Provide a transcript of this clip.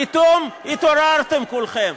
פתאום התעוררתם כולכם.